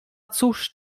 cóż